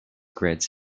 grids